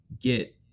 get